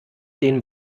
den